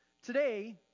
Today